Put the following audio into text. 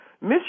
Miss